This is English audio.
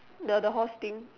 the the horse thing